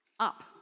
Up